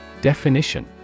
Definition